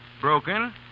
Broken